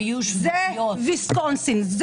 זאת תכנית ויסקונסין.